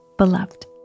Beloved